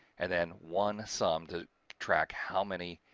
and then one sum to track how many